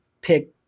pick